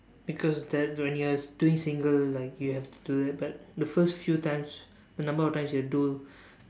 because that's when you are doing single like you have to do that but the first few times the number of times you'll do